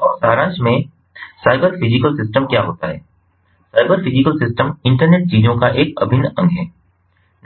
और nutshell सारांश में साइबर फिजिकल सिस्टम क्या होता है साइबर फिजिकल सिस्टम इंटरनेट चीजों का एक अभिन्न अंग है